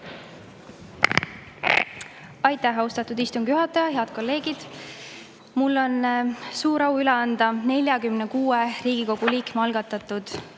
Aitäh, austatud istungi juhataja! Head kolleegid! Mul on suur au üle anda 46 Riigikogu liikme algatatud